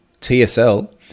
TSL